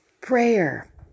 prayer